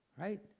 Right